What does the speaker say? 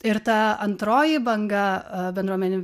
ir ta antroji banga bendruomeninių